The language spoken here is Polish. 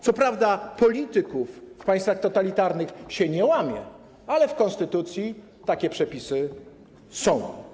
Co prawda, polityków w państwach totalitarnych się nie łamie, ale w konstytucji takie przepisy są.